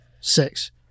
six